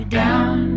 down